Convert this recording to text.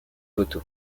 voto